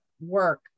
work